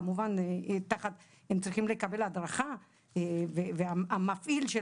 כמובן הם צריכים לקבל הדרכה והמפעיל של